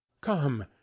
come